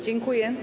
Dziękuję.